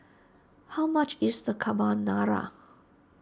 how much is the Carbonara